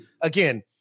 again